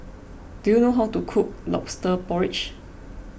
do you know how to cook Lobster Porridge